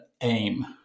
aim